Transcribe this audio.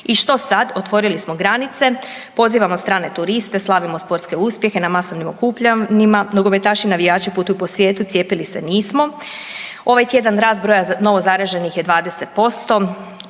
I što sad? Otvorili smo granice, pozivamo strane turiste, slavimo sportske uspjehe na masovnim okupljanjima, nogometaši i navijači putuju po svijetu, cijepili se nismo. Ovaj tjedan rast broja novo zaraženih je 20%.